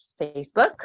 Facebook